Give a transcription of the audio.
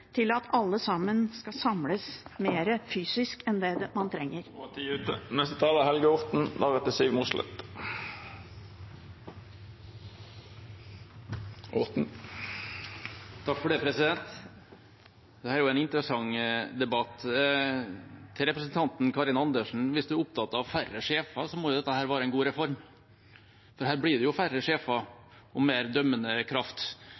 til at alle sammen skal samles mer fysisk enn det man trenger. Dette er en interessant debatt. Til representanten Karin Andersen: Hvis hun er opptatt av færre sjefer, må jo dette være en god reform. For her blir det jo færre sjefer og mer dømmende kraft.